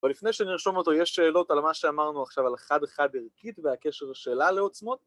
ולפני שנרשום אותו יש שאלות על מה שאמרנו עכשיו על החד חד ערכית והקשר לשאלה לעוצמות